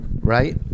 Right